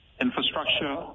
infrastructure